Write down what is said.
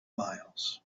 miles